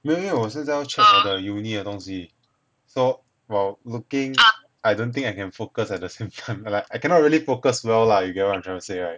没有因为我现在要 check 我的 uni 的东西 so while looking I don't think I can focus at the same time like I cannot really focus well lah you get what I'm trying to say right